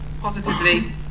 positively